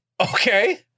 Okay